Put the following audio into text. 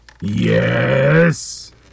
Yes